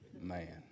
man